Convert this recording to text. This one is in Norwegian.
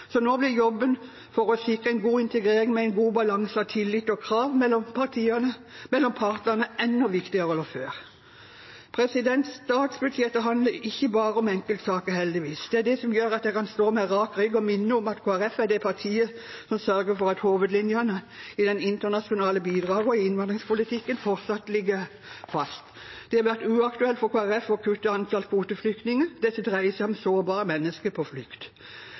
Så nå blir jobben for å sikre en god integrering med en god balanse av tillit og krav mellom partene enda viktigere enn før. Statsbudsjettet handler ikke bare om enkeltsaker, heldigvis. Det er det som gjør at jeg kan stå med rak rygg og minne om at Kristelig Folkeparti er det partiet som sørger for at hovedlinjene i det internasjonale bidraget og i innvandringspolitikken fortsatt ligger fast. Det har vært uaktuelt for Kristelig Folkeparti å kutte i antall kvoteflyktninger. Dette dreier seg om sårbare mennesker på flukt.